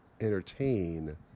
entertain